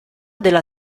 della